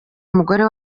umugore